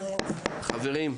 חברים,